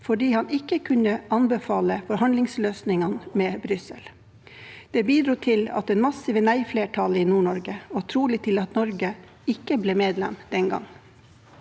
fordi han ikke kunne anbefale forhandlingsløsningen med Brussel. Det bidro til det massive nei-flertallet i Nord-Norge, og trolig til at Norge ikke ble medlem den gangen.»